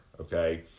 okay